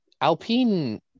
Alpine